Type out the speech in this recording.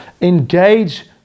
engage